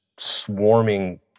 swarming